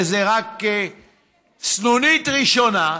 וזו רק סנונית ראשונה.